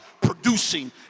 producing